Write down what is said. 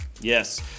Yes